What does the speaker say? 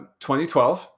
2012